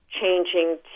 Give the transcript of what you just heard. changing